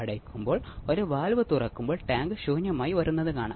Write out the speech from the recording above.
ഉപയോഗിച്ച feedback circuit സമാനമാണ്